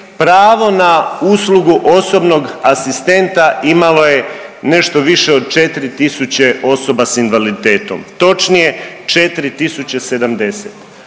pravo na uslugu osobnog asistenta imalo je nešto više od 4 tisuće osoba s invaliditetom, točnije 4.070.